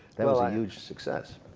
that was a huge success.